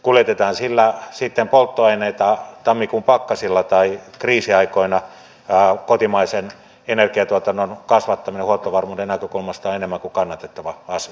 kuljetetaan sillä sitten polttoaineita tammikuun pakkasilla tai kriisiaikoina kotimaisen energiatuotannon kasvattaminen huoltovarmuuden näkökulmasta on enemmän kuin kannatettava asia